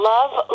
Love